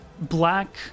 black